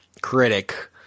critic